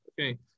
Okay